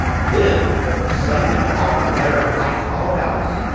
then there was a sudden and awful glare of light all about us,